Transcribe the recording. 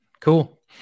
Cool